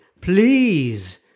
please